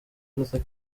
luther